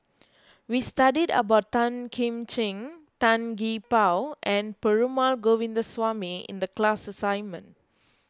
we studied about Tan Kim Ching Tan Gee Paw and Perumal Govindaswamy in the class assignment